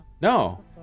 No